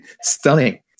stunning